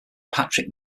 patrick